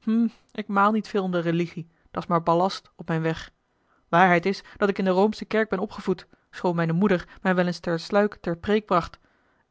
hm ik maal niet veel om de religie dat's maar ballast op mijn weg waarheid is dat ik in de roomsche kerk ben opgevoed schoon mijne moeder mij wel eens ter sluik ter preêk bracht